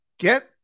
Get